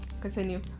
Continue